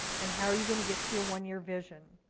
and how are you gonna get to your one year vision.